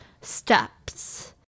steps